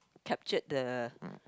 capture the